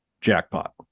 Jackpot